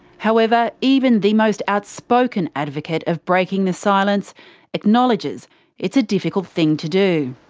however, even the most outspoken advocate of breaking the silence acknowledges it's a difficult thing to do.